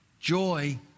Joy